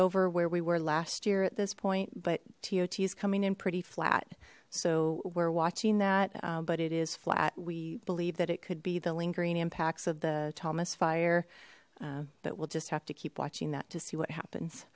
over where we were last year at this point but tio t's coming in pretty flat so we're watching that but it is flat we believe that it could be the lingering impacts of the tamas fire but we'll just have to keep watching that to see what happens